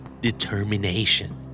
Determination